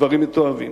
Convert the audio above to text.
דברים מתועבים,